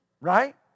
Right